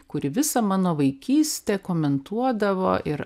kuri visą mano vaikystę komentuodavo ir